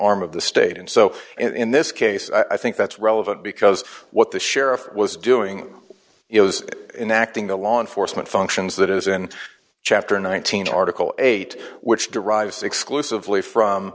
arm of the state and so in this case i think that's relevant because what the sheriff was doing it was in acting the law enforcement functions that is in chapter nineteen article eight which derives exclusively from